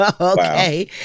Okay